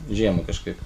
žiemą kažkaip